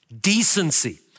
decency